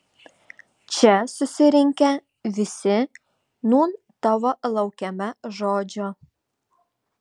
čia susirinkę visi nūn tavo laukiame žodžio